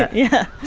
yeah yeah,